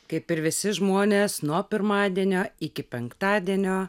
kaip ir visi žmonės nuo pirmadienio iki penktadienio